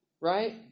right